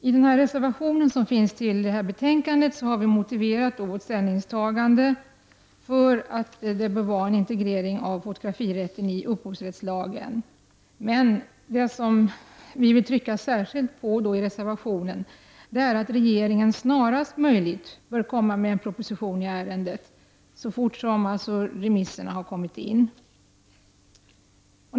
I reservationen till detta betänkande har vi motiverat vårt ställningstagande för integrering av fotografirätten i upphovsrättslagen. Men vi vill särskilt framhålla att regeringen snarast möjligt skall förelägga riksdagen en proposition i ärendet, alltså så fort remissvaren har kommit in.